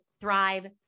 Thrive